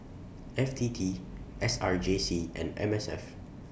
F T T S R J C and M S F